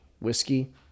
whiskey